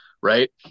right